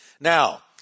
Now